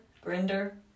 Grinder